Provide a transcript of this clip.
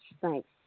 thanks